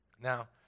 Now